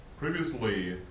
previously